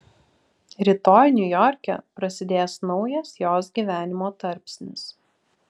rytoj niujorke prasidės naujas jos gyvenimo tarpsnis